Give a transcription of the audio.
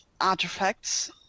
artifacts